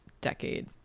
decade